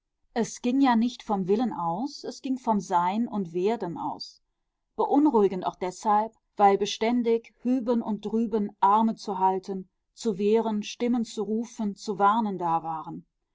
es ging ja nicht vom willen aus es ging vom sein und werden aus beunruhigend auch deshalb weil beständig hüben und drüben arme zu halten zu wehren stimmen zu rufen zu warnen da waren